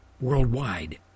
worldwide